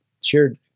shared